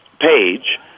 page